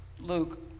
Luke